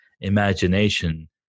imagination